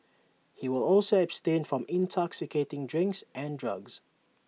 he will also abstain from intoxicating drinks and drugs